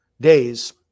days